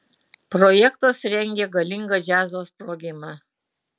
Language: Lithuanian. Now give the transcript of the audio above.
projektas rengia galingą džiazo sprogimą